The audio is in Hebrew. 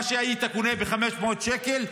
מה שהיית קונה ב-500 שקל,